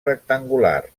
rectangular